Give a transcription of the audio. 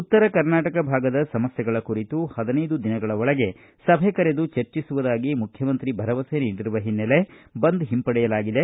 ಉತ್ತರ ಕರ್ನಾಟಕ ಭಾಗದ ಸಮಸ್ಥೆಗಳ ಕುರಿತು ಹದಿನೈದು ದಿನಗಳ ಒಳಗೆ ಸಭೆ ಕರೆದು ಚರ್ಚಿಸುವುದಾಗಿ ಮುಖ್ಯಮಂತ್ರಿ ಭರವಸೆ ನೀಡಿರುವ ಹಿನ್ನೆಲೆ ಬಂದ್ ಹಿಂಪಡೆಯಲಾಗಿದೆ